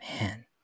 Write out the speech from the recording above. man